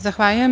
Zahvaljujem.